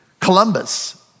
Columbus